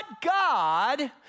God